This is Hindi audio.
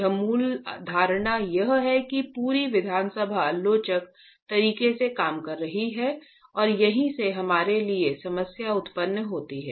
यहां मूल धारणा यह है कि पूरी विधानसभा लोचदार तरीके से काम कर रही है और यहीं से हमारे लिए समस्या उत्पन्न होती है